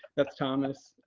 that's thomas.